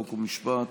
חוק ומשפט,